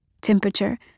Temperature